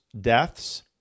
deaths